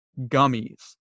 gummies